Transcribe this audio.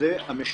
זה המשולש.